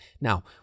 Now